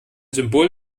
symbol